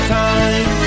time